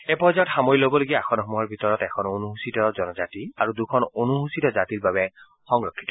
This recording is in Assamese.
এই পৰ্য়ায়ত সামৰি লব লগীয়া আসনসমূহৰ ভিতৰত এখন অনুসূচিত জাতি আৰু দুখন অনুসূচিত জাতিৰ বাবে সংৰক্ষিত